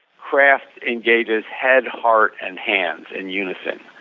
craft engages head, heart and hands in unison,